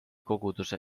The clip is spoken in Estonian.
koguduse